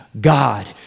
God